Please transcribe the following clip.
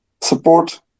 support